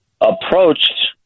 approached